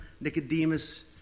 Nicodemus